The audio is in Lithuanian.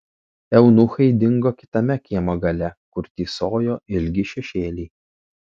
eunuchai dingo kitame kiemo gale kur tįsojo ilgi šešėliai